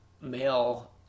male